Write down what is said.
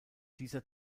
dieser